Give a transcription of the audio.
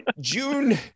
June